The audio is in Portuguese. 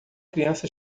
criança